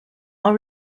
are